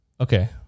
okay